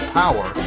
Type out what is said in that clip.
power